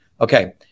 Okay